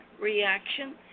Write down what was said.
reaction